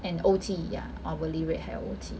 and O_T ya hourly rate 还有 O_T